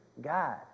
God